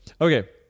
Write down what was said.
Okay